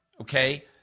okay